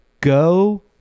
go